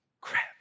crap